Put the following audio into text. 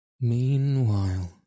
Meanwhile